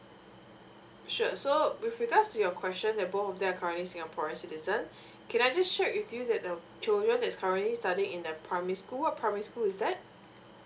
sure so with regards to your question that both of them are currently singaporean citizen can I just check with you that um children that's currently studying in the primary school or primary school is that